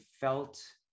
felt